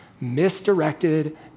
misdirected